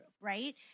Right